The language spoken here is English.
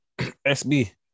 SB